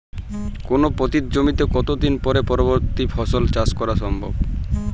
কোনো পতিত জমিতে কত দিন পরে পরবর্তী ফসল চাষ করা সম্ভব?